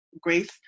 grace